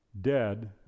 dead